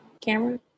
Camera